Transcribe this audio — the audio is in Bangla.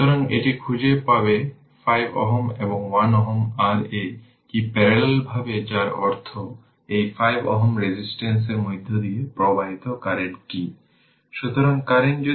সুতরাং এটি হবে পাওয়ার 2 t 3 এখন ইন্ডাক্টর জুড়ে ভোল্টেজ হল v L di dt L যা 05 হেনরি এবং কারেন্টের ডেরিভেটিভ নেয় এটি di t dt